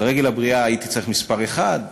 לרגל הבריאה הייתי צריך מספר אחד,